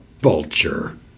vulture